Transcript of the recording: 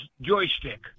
joystick